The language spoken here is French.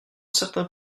certains